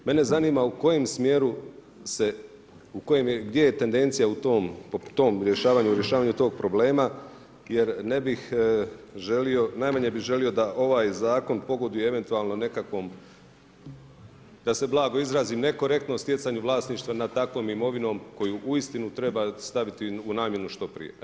Mene zanima u kojem smjeru se, gdje je tendencija u tom, u tom rješavanju tog problema, jer ne bih želio, najmanje bi želio da ovaj zakon pogoduje eventualno nekakvom, da se blago izrazim nekorektno stjecanju vlasništva nad takvom imovinom koju uistinu treba staviti u namjenu što prije.